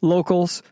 Locals